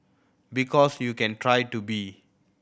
because you can try to be